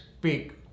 big